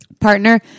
Partner